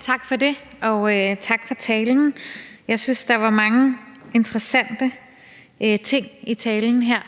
Tak for det, og tak for talen. Jeg synes, der var mange interessante ting i talen her.